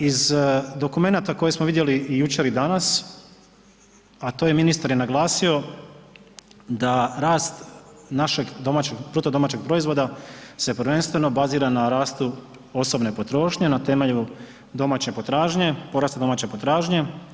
Iz dokumenata koje smo vidjeli i jučer i danas, a to je ministar je naglasio da rast našeg bruto domaćeg proizvoda se prvenstveno bazira na rastu osobne potrošnje na temelju domaće potražnje, porasta domaće potražnje.